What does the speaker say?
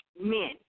men